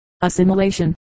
assimilation